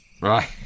right